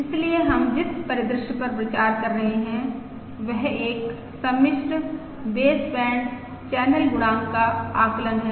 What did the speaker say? इसलिए हम जिस परिदृश्य पर विचार कर रहे हैं वह एक सम्मिश्र बेसबैंड चैनल गुणांक का आकलन है